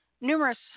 numerous